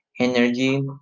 energy